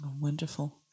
Wonderful